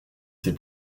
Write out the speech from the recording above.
ces